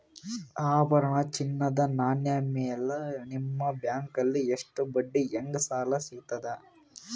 ಆಭರಣ, ಚಿನ್ನದ ನಾಣ್ಯ ಮೇಲ್ ನಿಮ್ಮ ಬ್ಯಾಂಕಲ್ಲಿ ಎಷ್ಟ ಬಡ್ಡಿ ಹಂಗ ಸಾಲ ಸಿಗತದ?